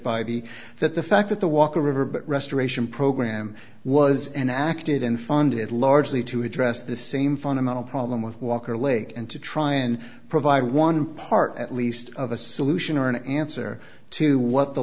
that the fact that the walker river but restoration program was enacted in funded largely to address the same fundamental problem with walker lake and to try and provide one part at least of a solution or an answer to what the